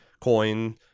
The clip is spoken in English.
coin